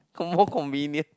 con~ more convenient